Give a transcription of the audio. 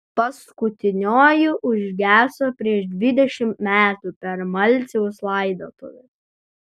paskutinioji užgeso prieš dvidešimt metų per malciaus laidotuves